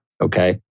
Okay